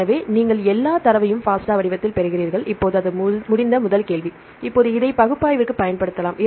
எனவே நீங்கள் எல்லா தரவையும் FASTA வடிவத்தில் பெறுகிறீர்கள் இப்போது அது முடிந்த முதல் கேள்வி இப்போது இதை பகுப்பாய்வுக்கு பயன்படுத்தலாம்